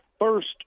first